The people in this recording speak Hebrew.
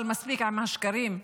אבל מספיק עם השקרים,